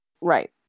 right